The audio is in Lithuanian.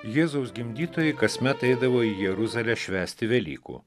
jėzaus gimdytojai kasmet eidavo į jeruzalę švęsti velykų